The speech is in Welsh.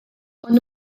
ond